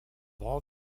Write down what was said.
all